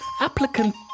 Applicant